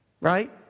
Right